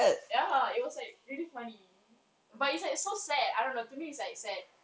ya it was like really funny but it's like so sad I don't know to me is like sad